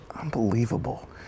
Unbelievable